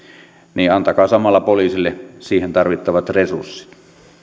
niin antakaa samalla poliisille siihen tarvittavat resurssit